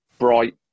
bright